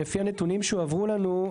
שלפי הנתונים שהועברו לנו,